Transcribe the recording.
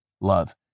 love